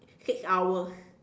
six hours